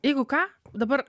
jeigu ką dabar